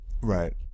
Right